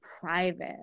private